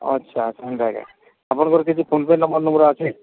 ଆଚ୍ଛା ଆଚ୍ଛା ଏମତାକି ଆପଣଙ୍କର କିଛି ଫୋନ୍ପେ ନମ୍ବର୍ ନମ୍ବର୍ ଅଛି